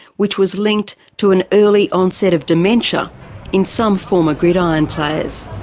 which was linked to an early onset of dementia in some former gridiron players.